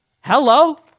hello